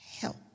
help